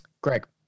Greg